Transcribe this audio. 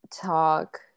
talk